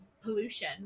pollution